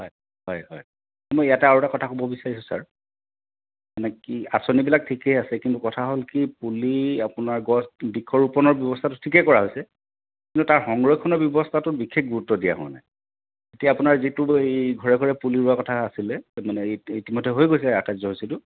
হয় হয় হয় মই ইয়াতে আৰু এটা কথা ক'ব বিচাৰিছোঁ ছাৰ মানে কি আঁচনিবিলাক ঠিকেই আছে কিন্তু কথা হ'ল কি পুলি আপোনাৰ গছ বৃক্ষ ৰোপণৰ ব্যৱস্থাটো ঠিকেই কৰা হৈছে কিন্তু তাৰ সংৰক্ষণৰ ব্যৱস্থাটোত বিশেষ গুৰুত্ব দিয়া হোৱা নাই এতিয়া আপোনাৰ যিটো লৈ ঘৰে ঘৰে পুলি ৰোৱাৰ কথা আছিলে মানে ইতিমধ্যে হৈ গৈছে কাৰ্য্যসূচীটো